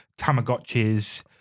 Tamagotchis